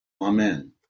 Amen